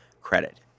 credit